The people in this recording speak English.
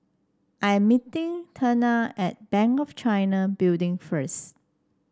I am meeting Teena at Bank of China Building first